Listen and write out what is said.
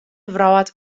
wrâld